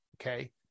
okay